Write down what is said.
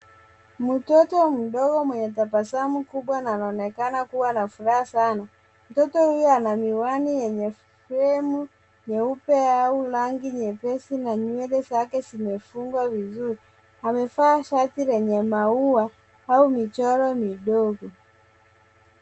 Mtoto mdogo mwenye tabasamu kubwa anaonekana kuwa na furaha sana. Mtoto huyo ana miwani yenye fremu nyeupe au rangi nyepesi na nywele zake zimefungwa vizuri. Amevaa shati lenye maua au michoro midogo.